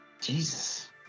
Jesus